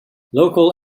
local